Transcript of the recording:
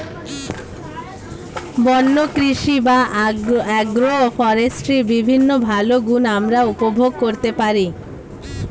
বন্য কৃষি বা অ্যাগ্রো ফরেস্ট্রির বিভিন্ন ভালো গুণ আমরা উপভোগ করতে পারি